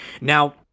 now